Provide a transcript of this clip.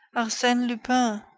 arsene lupin,